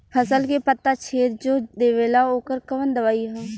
फसल के पत्ता छेद जो देवेला ओकर कवन दवाई ह?